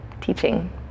teaching